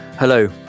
Hello